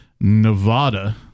Nevada